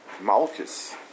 malchus